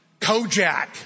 Kojak